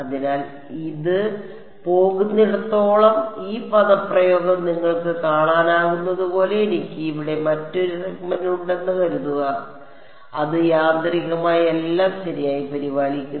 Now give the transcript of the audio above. അതിനാൽ ഇത് പോകുന്നിടത്തോളം ഈ പദപ്രയോഗം നിങ്ങൾക്ക് കാണാനാകുന്നതുപോലെ എനിക്ക് ഇവിടെ മറ്റൊരു സെഗ്മെന്റ് ഉണ്ടെന്ന് കരുതുക അത് യാന്ത്രികമായി എല്ലാം ശരിയായി പരിപാലിക്കുന്നു